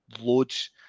loads